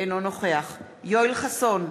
אינו נוכח יואל חסון,